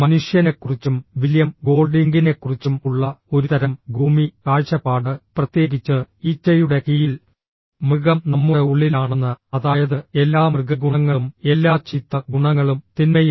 മനുഷ്യനെക്കുറിച്ചും William ഗോൾഡിംഗിനെക്കുറിച്ചും ഉള്ള ഒരുതരം ഗൂമി കാഴ്ചപ്പാട് പ്രത്യേകിച്ച് ഈച്ചയുടെ കീയിൽ മൃഗം നമ്മുടെ ഉള്ളിലാണെന്ന് അതായത് എല്ലാ മൃഗഗുണങ്ങളും എല്ലാ ചീത്ത ഗുണങ്ങളും തിന്മയും